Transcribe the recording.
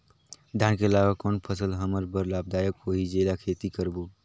धान के अलावा कौन फसल हमर बर लाभदायक होही जेला खेती करबो?